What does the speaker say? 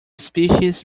species